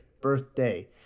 birthday